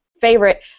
favorite